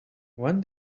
when